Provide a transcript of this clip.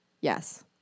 Yes